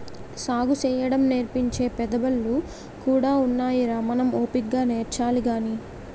సాగుసేయడం నేర్పించే పెద్దబళ్ళు కూడా ఉన్నాయిరా మనం ఓపిగ్గా నేర్చాలి గాని